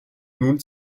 nun